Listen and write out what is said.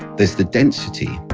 there's the density,